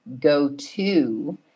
go-to